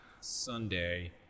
sunday